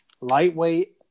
Lightweight